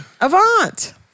Avant